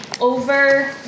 over